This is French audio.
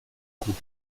coup